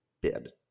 bid